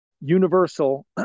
Universal